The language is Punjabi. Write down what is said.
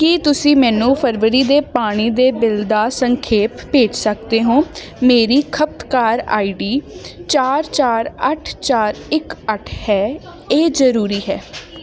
ਕੀ ਤੁਸੀਂ ਮੈਨੂੰ ਫਰਵਰੀ ਦੇ ਪਾਣੀ ਦੇ ਬਿੱਲ ਦਾ ਸੰਖੇਪ ਭੇਜ ਸਕਦੇ ਹੋ ਮੇਰੀ ਖਪਤਕਾਰ ਆਈ ਡੀ ਚਾਰ ਚਾਰ ਅੱਠ ਚਾਰ ਇੱਕ ਅੱਠ ਹੈ ਇਹ ਜ਼ਰੂਰੀ ਹੈ